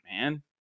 man